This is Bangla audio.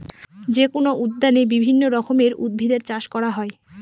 যেকোনো উদ্যানে বিভিন্ন রকমের উদ্ভিদের চাষ করা হয়